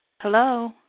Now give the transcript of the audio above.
Hello